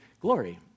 glory